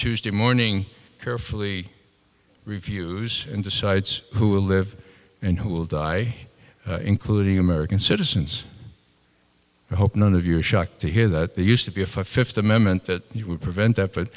tuesday morning carefully reviews and decides who will live and who will die including american citizens i hope none of your shock to hear that they used to be a fifth amendment that would prevent that but